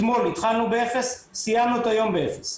אתמול התחלנו באפס, סיימנו את היום באפס.